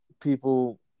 people